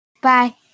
Bye